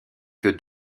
que